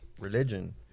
religion